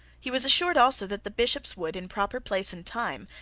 he was assured also that the bishops would, in proper place and time,